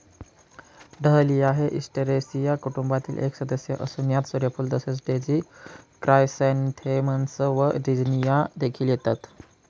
dahlia हे Asteraceae कुटुंबातील एक सदस्य असून यात सूर्यफूल तसेच डेझी क्रायसॅन्थेमम्स व झिनिया देखील येतात